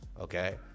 okay